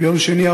ביום שני,